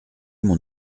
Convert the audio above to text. mon